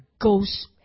ghost